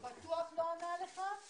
הישיבה ננעלה בשעה